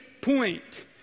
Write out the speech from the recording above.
point